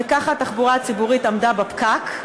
וככה התחבורה הציבורית עמדה בפקק,